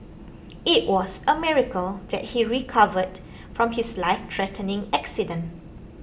it was a miracle that he recovered from his lifethreatening accident